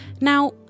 Now